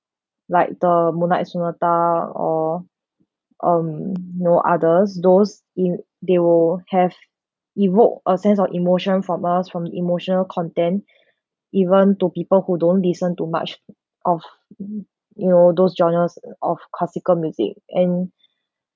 like the moonlight sonata or um you know others those it'll they will have evoked a sense of emotion from us from the emotional content even to people who don't listen too much of mmhmm you know those genres of classical music and